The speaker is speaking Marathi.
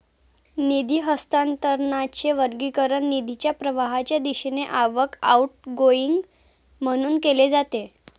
निधी हस्तांतरणाचे वर्गीकरण निधीच्या प्रवाहाच्या दिशेने आवक, आउटगोइंग म्हणून केले जाते